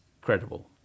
credible